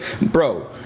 Bro